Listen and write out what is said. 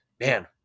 man